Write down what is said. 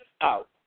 out